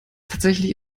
tatsächlich